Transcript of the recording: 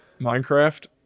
Minecraft